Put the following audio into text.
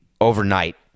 overnight